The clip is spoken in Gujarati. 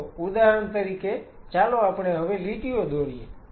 તો ઉદાહરણ તરીકે ચાલો આપણે હવે લીટીઓ દોરીએ